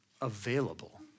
available